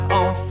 on